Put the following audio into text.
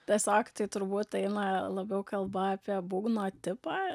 tiesiog tai turbūt eina labiau kalba apie būgno tipą